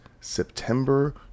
September